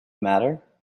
matter